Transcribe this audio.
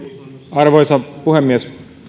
arvoisa puhemies